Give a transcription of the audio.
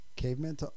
Caveman